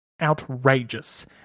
outrageous